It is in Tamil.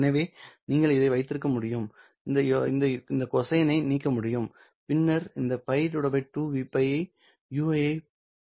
எனவே நீங்கள் இதை வைத்திருக்க முடியும் இந்த கோசைனை நீக்க முடியும் பின்னர் இந்த π 2Vπ ஐ ui ஐப் பெறுவதற்கான எங்கள் மாறிலியைக் காணலாம்